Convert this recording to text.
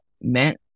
meant